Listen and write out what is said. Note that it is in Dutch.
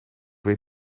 weet